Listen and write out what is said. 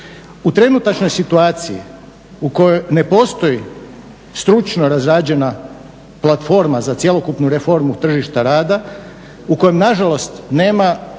U trenutačnoj situaciji u kojoj ne postoji stručno razrađena platforma za cjelokupnu reformu tržišta rada u kojem nažalost nema